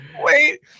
wait